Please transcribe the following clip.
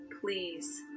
Please